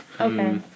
Okay